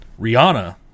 Rihanna